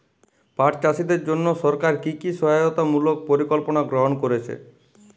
পাট চাষীদের জন্য সরকার কি কি সহায়তামূলক পরিকল্পনা গ্রহণ করেছে?